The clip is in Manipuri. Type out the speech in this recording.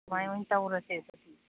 ꯑꯗꯨꯃꯥꯏꯅ ꯑꯣꯏ ꯇꯧꯔꯁꯦ